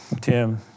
Tim